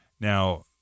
Now